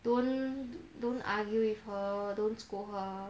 don't don't argue with her don't scold her